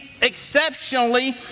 exceptionally